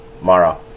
Mara